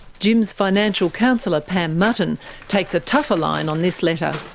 jim's financial counsellor pam mutton takes a tougher line on this letter.